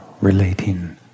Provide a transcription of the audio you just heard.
relating